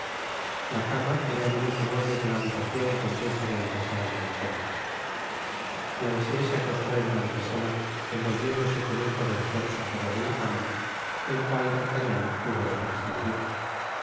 book search generated at único mueble de la habitacion compuesta de antesala y alcoba planchet se acostó en la antesala envolviéndose con un cobertor sacado de la cama del cual d'artagnan hubo de prescindir